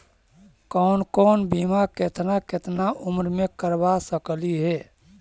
कौन कौन बिमा केतना केतना उम्र मे करबा सकली हे?